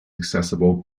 accessible